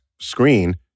screen